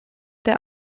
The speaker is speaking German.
der